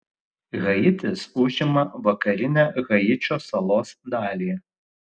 haitis užima vakarinę haičio salos dalį